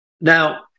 Now